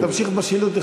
אתה תמשיך בשאילתות,